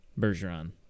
Bergeron